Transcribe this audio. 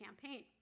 campaign